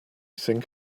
think